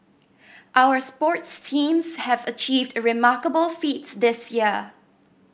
our sports teams have achieved a remarkable feats this year